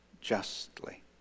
justly